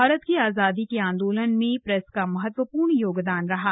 भारत की आजादी के आन्दोलन में प्रेस का महत्वपूर्ण योगदान रहा है